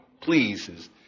Please